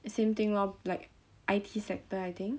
same thing lor like I_T sector I think